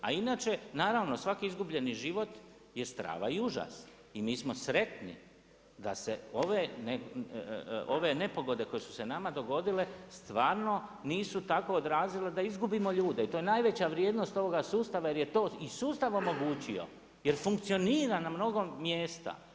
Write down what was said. A inače, naravno, svaki izgubljeni život je strava i užas i mi smo sretni da se ove nepogode koje su se nama dogodile stvarno nisu tako odrazile da izgubimo ljude i to je najveća vrijednost ovoga sustava jer je to i sustav omogućio jer funkcionira na mnogo mjesta.